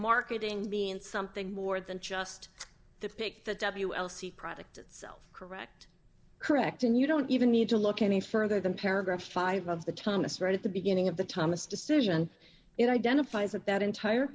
marketing being something more than just the pick the w l c product itself correct correct and you don't even need to look any further than paragraph five of the thomas right at the beginning of the thomas decision it identifies about entire